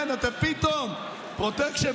כן, אתם פתאום, פרוטקשן?